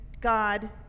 God